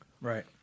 Right